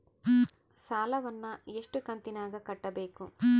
ಸಾಲವನ್ನ ಎಷ್ಟು ಕಂತಿನಾಗ ಕಟ್ಟಬೇಕು?